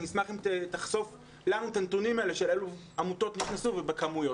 אשמח אם תחשוף לנו את הנתונים האלה של אלו עמותות נכנסו ובכמויות,